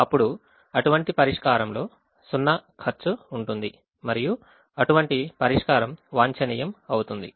అప్పుడు అటువంటి పరిష్కారంలో సున్నా ఖర్చు ఉంటుంది మరియు అటువంటి పరిష్కారం వాంఛనీయం అవుతుంది